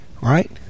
right